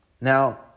Now